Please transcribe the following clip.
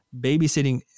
babysitting